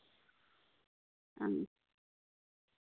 ᱟᱨ